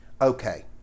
Okay